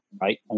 right